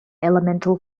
elemental